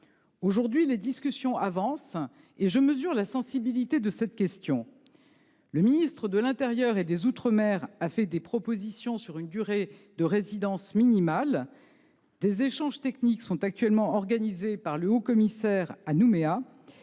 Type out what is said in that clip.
Aujourd'hui, les discussions avancent, et je mesure la sensibilité de cette question. Le ministre de l'intérieur et des outre-mer a fait des propositions sur une durée de résidence minimale. Des échanges techniques sont actuellement organisés par le Haut-commissaire à Nouméa,